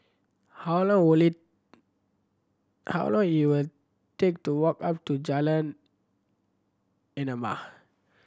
how long will it how long your take to walk up to Jalan Enam